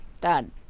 done